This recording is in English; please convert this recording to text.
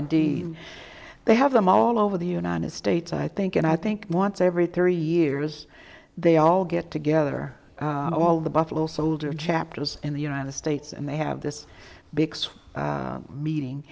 indeed they have them all over the united states i think and i think once every three years they all get together all of the buffalo soldiers chapters in the united states and they have this big meeting